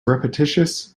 repetitious